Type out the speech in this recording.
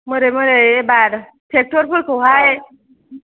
मोरै मोरै एबार ट्रेक्टरफोरखौहाय